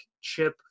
chip